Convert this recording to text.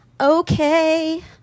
Okay